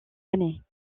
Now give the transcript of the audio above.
années